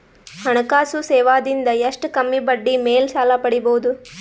ಹಣಕಾಸು ಸೇವಾ ದಿಂದ ಎಷ್ಟ ಕಮ್ಮಿಬಡ್ಡಿ ಮೇಲ್ ಸಾಲ ಪಡಿಬೋದ?